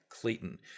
Clayton